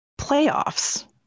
Playoffs